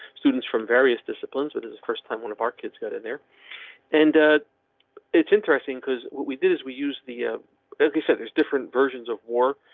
students from various disciplines with his first time, one of our kids got in there and it's interesting cause what we did is we use the ah the said there's different versions of war.